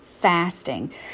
fasting